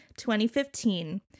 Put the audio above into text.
2015